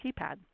keypad